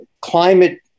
climate